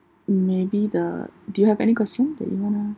maybe the do you have any question that you want to